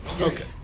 Okay